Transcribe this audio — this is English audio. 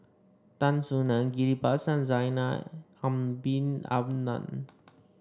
Tan Soo Nan Ghillie Basan Zainal Abidin Ahmad